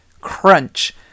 crunch